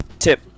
Tip